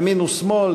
ימין ושמאל,